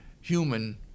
human